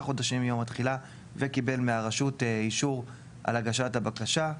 חודשים מיום התחילה וקיבל מהרשות אישור על הגשת הבקשה,